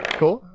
cool